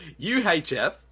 UHF